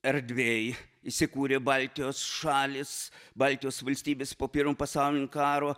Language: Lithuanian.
erdvėj įsikūrė baltijos šalys baltijos valstybės po pirmo pasaulinio karo